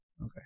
Okay